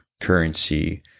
currency